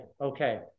okay